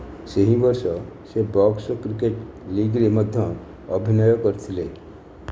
ସେହି ବର୍ଷ ସେ ବକ୍ସ କ୍ରିକେଟ୍ ଲିଗ୍ରେ ମଧ୍ୟ ଅଭିନୟ କରିଥିଲେ